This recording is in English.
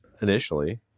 initially